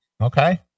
Okay